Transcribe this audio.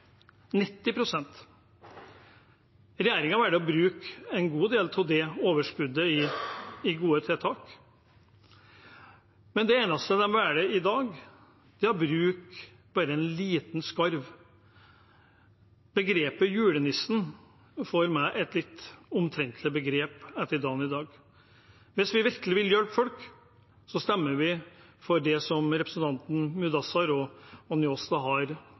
å bruke en god del av det overskuddet til gode tiltak, men det de velger i dag, er å bruke bare en liten, skarve del. «Julenissen» blir for meg et litt omtrentlig begrep etter dagen i dag. Hvis vi virkelig vil hjelpe folk, stemmer vi for det som representantene Kapur og Njåstad har